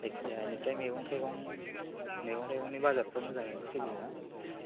जायखिया नोंसोरलाय मैगं थाइगं मैगं थाइगंनि बाजाराथ' मोजाङैनो सोलियोना